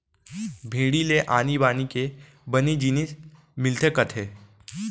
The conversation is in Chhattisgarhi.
भेड़ी ले आनी बानी के बने जिनिस मिलथे कथें